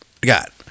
got